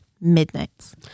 Midnight's